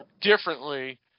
differently